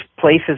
places